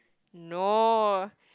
no